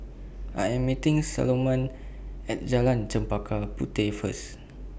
I Am meeting Salomon At Jalan Chempaka Puteh First